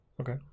Okay